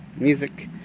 music